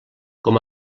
com